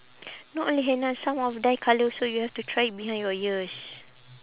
not only henna some of dye colour also you have to try it behind your ears